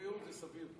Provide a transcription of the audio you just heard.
בריאות זה סביר.